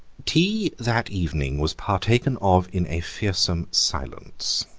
tea that evening was partaken of in a fearsome silence.